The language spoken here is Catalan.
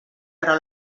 però